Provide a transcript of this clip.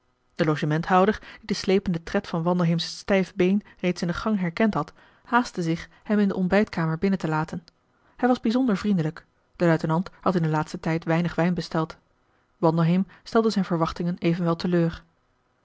de logementhouder die den slependen tred van wandelheems stijf been reeds in den gang herkend had haastte zich hem in de ontbijtkamer binnen te laten hij was bijzonder vriendelijk de luitenant had in den laatsten tijd weinig wijn besteld wandelheem stelde zijn verwachtingen evenwel te